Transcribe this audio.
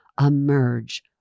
emerge